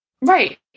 right